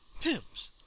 pimps